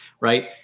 right